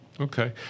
Okay